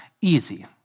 easy